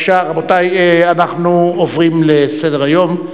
רבותי, אנחנו עוברים לסדר-היום,